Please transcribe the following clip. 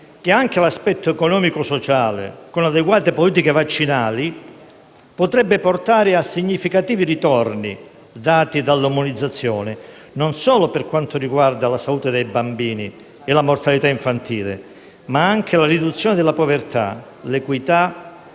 che anche l'aspetto economico e sociale, con adeguate politiche vaccinali, potrebbe portare a significativi ritorni, dati dall'immunizzazione, non solo per quanto riguarda la salute dei bambini e la mortalità infantile, ma anche la riduzione della povertà, l'equità, la